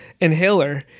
inhaler